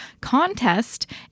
contest